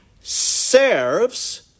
serves